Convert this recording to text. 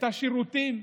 את השירותים,